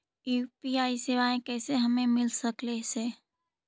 UPI सेवाएं कैसे हमें मिल सकले से?